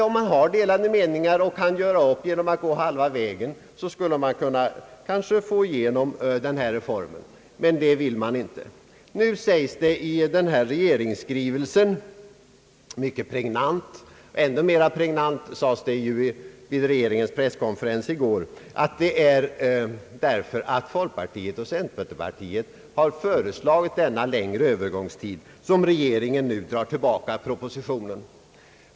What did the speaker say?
Om man har delade meningar och kan göra upp genom att gå halva vägen var, skulle man kanske kunna få igenom denna reform. Men det ville man inte. Nu sägs det i regeringsskrivelsen mycket pregnant, och ännu mera pregnant sades det vid regeringens presskonferens i går, att det är därför att folkpartiet och centerpartiet har föreslagit denna längre övergångstid, som regeringen nu drar tillbaka propositionen.